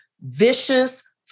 vicious